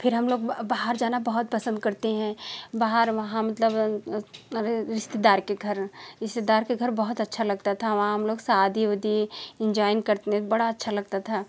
फिर हम लोग बाहर जाना बहुत पसंद करते हैं बाहर वहाँ मतलब अरे रिश्तेदार के घर रिश्तेदार के घर बहुत अच्छा लगता था वहाँ हम लोग शादी उदी इंजॉइन करते बड़ा अच्छा लगता था